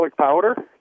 powder